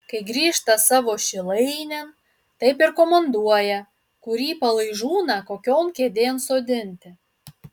kai grįžta savo šilainėn taip ir komanduoja kurį palaižūną kokion kėdėn sodinti